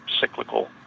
cyclical